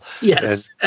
Yes